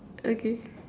okay